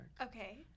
Okay